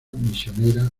misionera